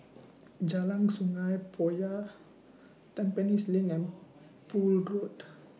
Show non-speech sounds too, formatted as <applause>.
Jalan Sungei Poyan Tampines LINK and Poole <unintelligible>